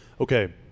Okay